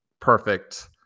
perfect